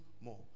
more